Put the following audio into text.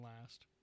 last